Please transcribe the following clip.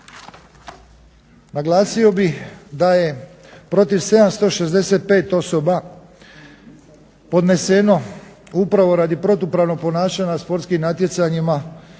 Naglasio bih da je protiv 765 osoba podneseno upravo radi protupravnog ponašanja na sportskim natjecanjima podneseni